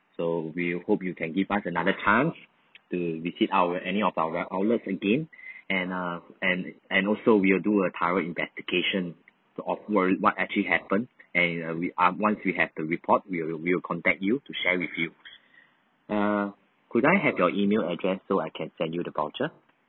so we hope you can give us another chance to visit our any of our outlets again and uh and and also we will do a thorough investigation the what actually happened and uh we ah once we have the report we will we will contact you to share with you uh could I have your email address so I can send you the voucher